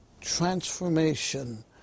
transformation